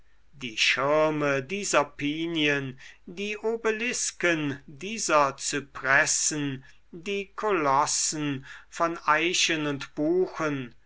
die schirme dieser pinien die obelisken dieser zypressen die kolossen von eichen und buchen